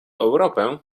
europę